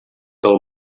del